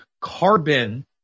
carbon